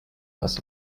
this